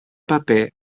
paper